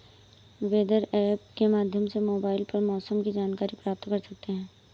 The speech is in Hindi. वेदर ऐप के माध्यम से मोबाइल पर मौसम की जानकारी प्राप्त कर सकते हैं